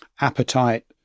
appetite